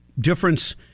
difference